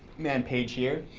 man page here,